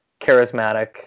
charismatic